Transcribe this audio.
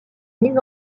mis